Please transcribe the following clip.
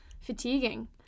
fatiguing